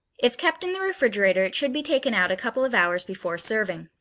if kept in the refrigerator, it should be taken out a couple of hours before serving.